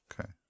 Okay